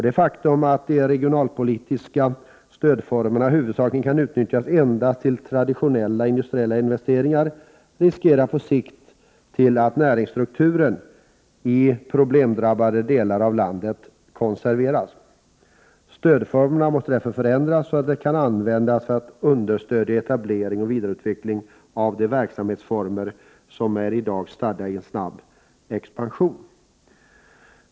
Det faktum att de regionalpolitiska stödformerna huvudsakligen kan utnyttjas endast till traditionella industriella investeringar riskerar att på sikt leda till att näringsstrukturen i de problemdrabbade delarna av landet konserveras. Stödformerna måste därför förändras så att de kan användas för att understödja etablering och vidareutveckling av de verksamhetsformer som i dag är stadda i snabb expansion.